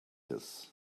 his